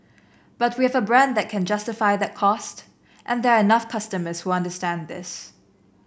but we have a brand that can justify that cost and there are enough customers who understand this